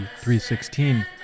3.16